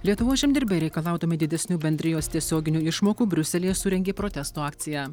lietuvos žemdirbiai reikalaudami didesnių bendrijos tiesioginių išmokų briuselyje surengė protesto akciją